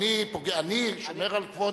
אני שומר על כבוד,